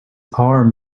arm